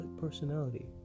Personality